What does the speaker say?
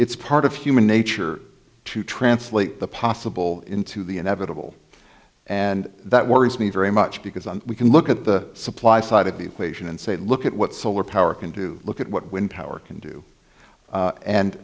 it's part of human nature to translate the possible into the inevitable and that worries me very much because we can look at the supply side of the equation and say look at what solar power can do look at what wind power can do